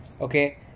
okay